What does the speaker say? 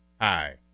Hi